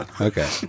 Okay